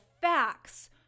facts